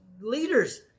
leaders